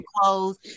clothes